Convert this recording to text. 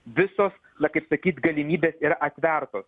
visos na kaip sakyt galimybės yra atvertos